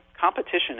competition